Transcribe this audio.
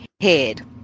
head